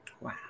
Wow